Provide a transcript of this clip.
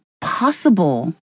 possible